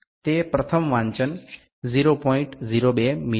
এটিই প্রথম পাঠ ০০২ মিমি